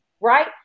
right